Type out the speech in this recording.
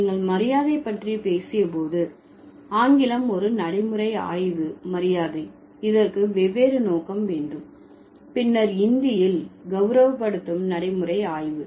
நீங்கள் மரியாதை பற்றி பேசிய போது ஆங்கிலம் ஒரு நடைமுறை ஆய்வு மரியாதை இதற்கு வெவ்வேறு நோக்கம் வேண்டும் பின்னர் இந்தியில் கவுரவப்படுத்தும் நடைமுறை ஆய்வு